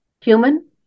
human